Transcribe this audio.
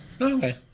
Okay